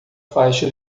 faixa